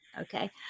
okay